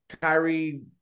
Kyrie